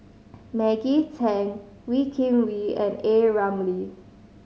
Maggie Teng Wee Kim Wee and A Ramli